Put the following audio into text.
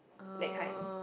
that kind like